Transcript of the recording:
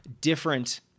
different